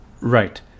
right